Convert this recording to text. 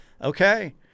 okay